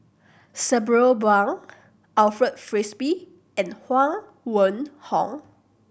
Sabri Buang Alfred Frisby and Huang Wenhong